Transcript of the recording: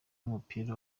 w’umupira